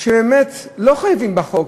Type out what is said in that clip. שבאמת לא חייבים לפי חוק,